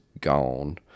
gone